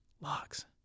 Locks